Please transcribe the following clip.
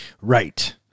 Right